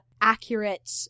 accurate